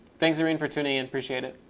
thanks, irene for tuning in, appreciate it.